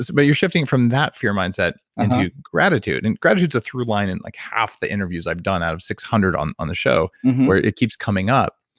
so but you're shifting from that fear mindset mindset into gratitude, and gratitude's a through line in like half the interviews i've done out of six hundred on on the show where it keeps coming up.